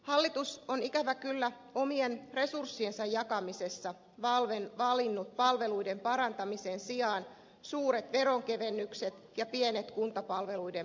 hallitus on ikävä kyllä omien resurssiensa jakamisessa valinnut palveluiden parantamisen sijaan suuret veronkevennykset ja pienet kuntapalveluiden panostukset